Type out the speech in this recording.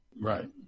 Right